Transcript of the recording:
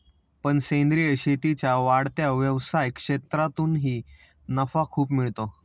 पण सेंद्रीय शेतीच्या वाढत्या व्यवसाय क्षेत्रातूनही नफा खूप मिळतो